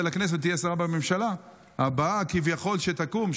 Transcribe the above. לכנסת ותהיה שרה בממשלה הבאה כביכול שתקום,